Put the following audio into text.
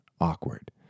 awkward